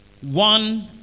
one